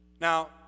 Now